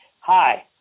hi